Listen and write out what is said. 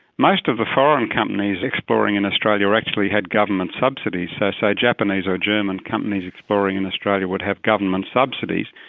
most of the foreign companies exploring in australia actually had government subsidies so, say, japanese or german companies exploring in australia would have government subsidies,